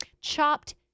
chopped